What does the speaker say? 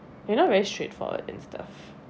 you know very straightforward and stuff